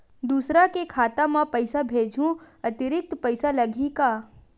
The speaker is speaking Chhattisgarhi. दूसरा के खाता म पईसा भेजहूँ अतिरिक्त पईसा लगही का?